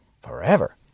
forever